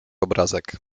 obrazek